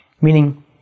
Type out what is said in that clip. meaning